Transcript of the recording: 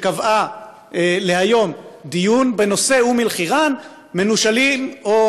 שקבעה להיום דיון בנושא "אום-אלחיראן: מנושלים או